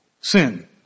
sin